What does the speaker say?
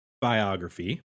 biography